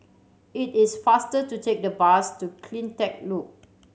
it is faster to take the bus to Cleantech Loop